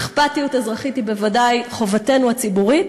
אכפתיות אזרחית היא בוודאי חובתנו הציבורית.